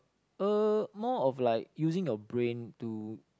uh more of like using your brain to